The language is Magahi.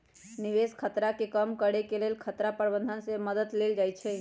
निवेश खतरा के कम करेके लेल खतरा प्रबंधन के मद्दत लेल जाइ छइ